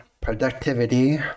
productivity